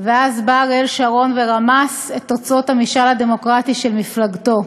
ואז בא אריאל שרון ורמס את תוצאות המשאל הדמוקרטי של מפלגתו.